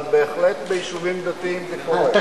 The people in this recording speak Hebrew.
אבל בהחלט ביישובים דתיים זה קורה.